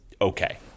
okay